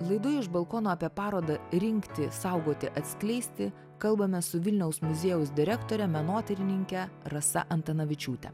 laidoj iš balkono apie parodą rinkti saugoti atskleisti kalbamės su vilniaus muziejaus direktore menotyrininke rasa antanavičiūte